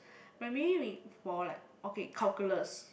but maybe we for like okay calculus